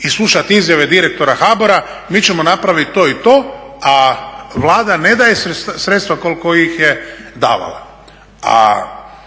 i slušati izjave direktora HABOR-a, mi ćemo napraviti to i to, a Vlada ne daje sredstva koliko ih je davala.